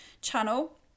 channel